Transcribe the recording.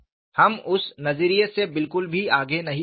हम उस नजरिए से बिल्कुल भी आगे नहीं बढ़े हैं